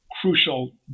crucial